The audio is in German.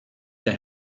der